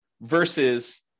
versus